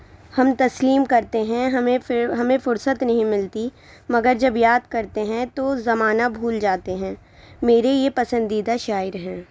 ہم تسلیم کرتے ہیں ہمیں پھر ہمیں فرصت نہیں ملتی مگر جب یاد کرتے ہیں تو زمانہ بھول جاتے ہیں میرے یہ پسندیدہ شاعر ہیں